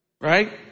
right